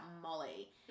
Molly